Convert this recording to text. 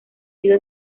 sido